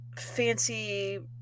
fancy